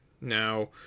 Now